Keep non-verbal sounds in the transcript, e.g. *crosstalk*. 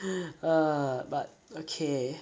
*laughs* err but okay